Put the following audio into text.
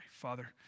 Father